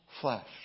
flesh